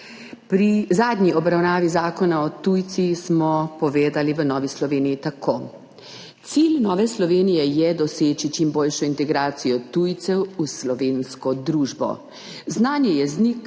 Pri zadnji obravnavi Zakona o tujcih smo povedali v Novi Sloveniji tako: »Cilj Nove Slovenije je doseči čim boljšo integracijo tujcev v slovensko družbo. Znanje jezika